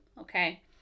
okay